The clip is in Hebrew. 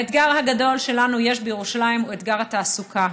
האתגר הגדול שלנו יש בירושלים הוא אתגר התעסוקה.